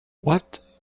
what